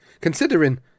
Considering